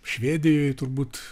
švedijoje turbūt